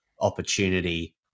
opportunity